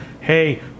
hey